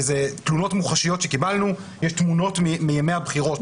זה תלונות מוחשיות שקיבלנו יש תמונות מימי הבחירות